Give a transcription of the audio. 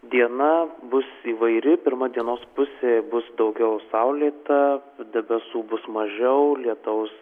diena bus įvairi pirma dienos pusė bus daugiau saulėta debesų bus mažiau lietaus